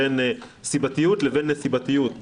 בין סיבתיות לבין נסיבתיות,